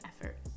effort